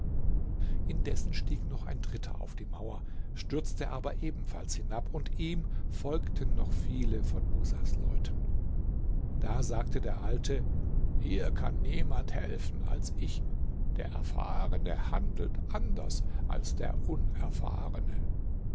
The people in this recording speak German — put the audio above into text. indessen stieg doch noch ein dritter auf die mauer stürzte aber ebenfalls hinab und ihm folgten noch viele von musas leuten da sagte der alte hier kann niemand helfen als ich der erfahrene handelt anders als der unerfahrene